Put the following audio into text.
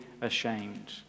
ashamed